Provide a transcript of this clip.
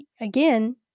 again